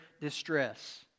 distress